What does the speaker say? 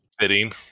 fitting